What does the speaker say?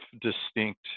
distinct